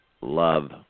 love